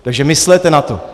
Takže myslete na to.